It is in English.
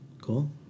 Cool